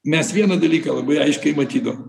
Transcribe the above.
mes vieną dalyką labai aiškiai matydavom